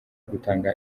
gutanga